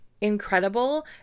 incredible